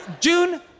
June